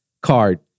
card